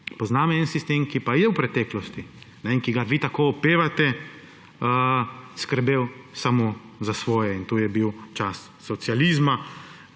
poznam en sistem, ki pa je v preteklosti, ki ga vi tako opevate, skrbel samo za svoje; in to je bil čas socializma.